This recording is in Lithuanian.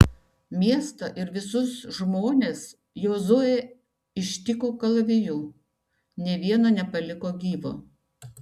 miestą ir visus žmones jozuė ištiko kalaviju nė vieno nepaliko gyvo